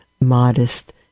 modest